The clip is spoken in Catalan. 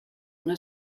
una